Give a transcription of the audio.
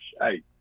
hey